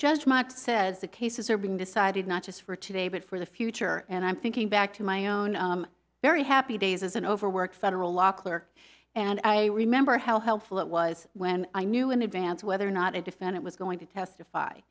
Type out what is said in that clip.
judge marks says the cases are being decided not just for today but for the future and i'm thinking back to my own very happy days as an overworked federal law clerk and i remember how helpful it was when i knew in advance whether or not a defendant was going to testify